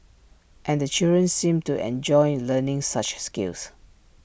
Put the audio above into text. and the children seemed to enjoy learning such skills